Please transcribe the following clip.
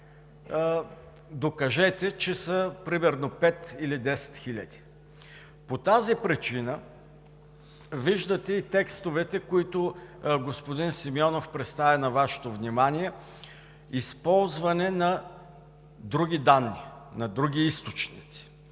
Докажете, че са примерно пет или десет хиляди“. По тази причина виждате и текстовете, които господин Симеонов представи на Вашето внимание – използване на други данни, на други източници.